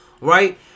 Right